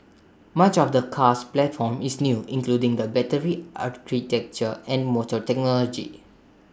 much of the car's platform is new including the battery architecture and motor technology